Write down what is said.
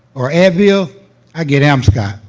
or advil i get amscot.